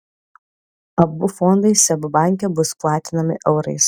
abu fondai seb banke bus platinami eurais